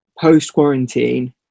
post-quarantine